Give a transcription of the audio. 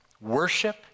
Worship